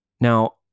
Now